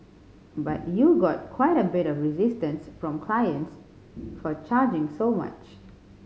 but you got quite a bit of resistance from clients for charging so much